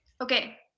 Okay